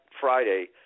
Friday